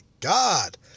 God